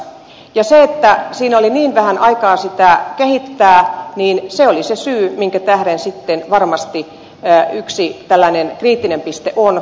ja se että siinä oli niin vähän aikaa sitä kehittää oli se syy minkä tähden sitten varmasti yksi tällainen kriittinen piste on